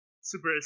super